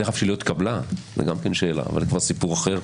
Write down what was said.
דרך שהיא התקבלה זה גם כן שאלה אבל זה כבר סיפור אחר,